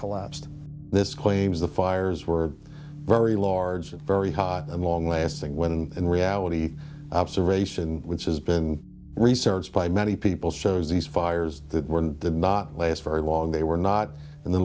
collapsed this claims the fires were very large and very hot and long lasting when in reality observation which has been researched by many people shows these fires that were not last very long they were not in the